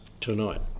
tonight